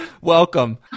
Welcome